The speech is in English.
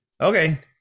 Okay